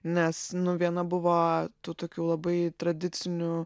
nes nu viena buvo tų tokių labai tradicinių